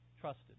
trusted